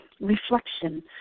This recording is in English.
reflection